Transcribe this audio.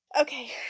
Okay